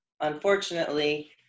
unfortunately